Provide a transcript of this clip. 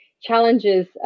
challenges